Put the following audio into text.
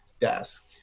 desk